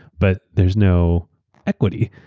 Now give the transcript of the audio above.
but there's no equity.